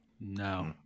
No